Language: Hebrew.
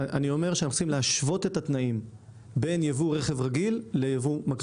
צריכים להשוות את התנאים בין ייבוא רכב רגיל לייבוא מקביל.